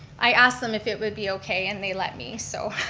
i asked them if it would be okay, and they let me, so,